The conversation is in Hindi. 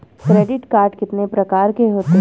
क्रेडिट कार्ड कितने प्रकार के होते हैं?